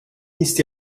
ist